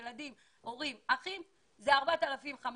ילדים, הורים, אחים, בסך הכול כ-4,500.